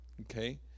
okay